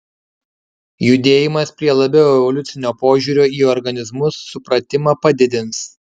judėjimas prie labiau evoliucinio požiūrio į organizmus supratimą padidins